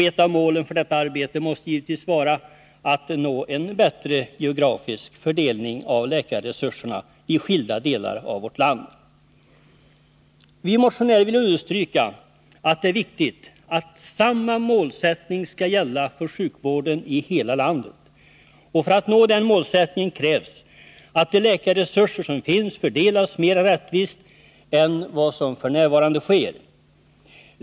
Ett av målen för detta arbete måste givetvis vara att nå en bättre geografisk fördelning av läkarresurserna i skilda delar av vårt land. Vi motionärer vill understryka att det är viktigt att samma målsättning skall gälla för sjukvården i hela landet. För att nå den målsättningen krävs att de läkarresurser som finns fördelas mer rättvist än vad som f. n. sker.